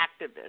activist